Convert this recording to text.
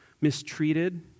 mistreated